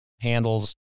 handles